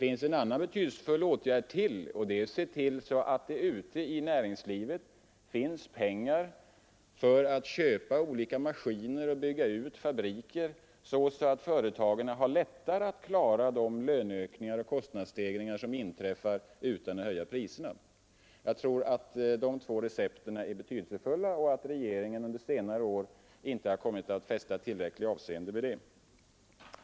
En annan betydelsefull åtgärd är att se till att det ute i näringslivet finns pengar för att köpa olika maskiner och bygga ut fabriker, så att företagen utan att höja priserna kan klara de löneökningar och kostnadsstegringar som inträffar. Jag tror att dessa två recept är betydelsefulla och att regeringen under senare år inte har kommit att fästa tillräckligt avseende vid dem.